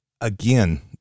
again